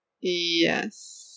Yes